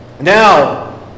Now